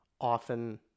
often